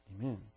Amen